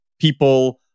People